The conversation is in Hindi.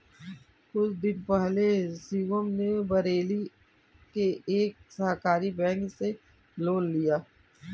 कुछ दिन पहले शिवम ने बरेली के एक सहकारी बैंक से लोन लिया